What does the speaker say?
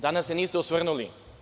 Danas se niste osvrnuli.